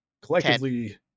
collectively